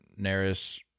Neris